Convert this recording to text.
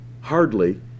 hardly